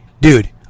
dude